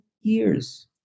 years